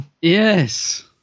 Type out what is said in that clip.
yes